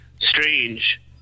strange